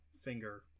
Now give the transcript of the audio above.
finger